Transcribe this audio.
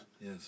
Yes